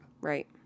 Right